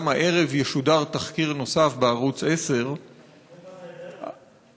גם הערב ישודר תחקיר נוסף בערוץ 10. מאיפה אתה יודע?